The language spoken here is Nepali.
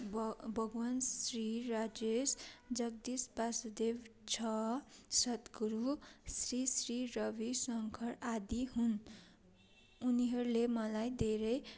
भ भगवान् श्री राजेश जगदीश वासुदेव झा सद् गुरु श्री श्री रवि शङ्कर आदि हुन् उनीहरूले मलाई धेरै